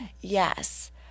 Yes